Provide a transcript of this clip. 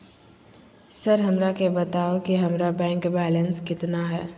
Sir हमरा के बताओ कि हमारे बैंक बैलेंस कितना है?